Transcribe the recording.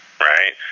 right